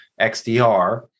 XDR